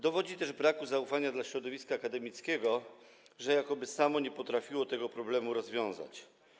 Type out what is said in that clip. Dowodzi też braku zaufania dla środowiska akademickiego, które jakoby samo nie potrafi tego problemu rozwiązać.